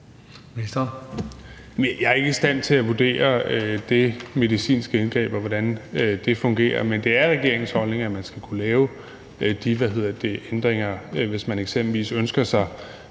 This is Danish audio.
Jeg er ikke i stand til at vurdere det medicinske indgreb, og hvordan det fungerer. Men det er regeringens holdning, at man skal kunne lave de ændringer, hvis man eksempelvis ønsker sig,